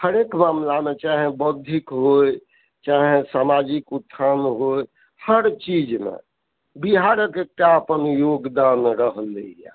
हरेक मामलामे चाहे बौद्धिक होइ चाहे सामाजिक उथ्थान होइ हर चीजमे बिहारके अपन एकटा योगदान रहलैए